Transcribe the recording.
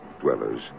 dwellers